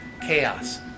chaos